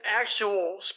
actual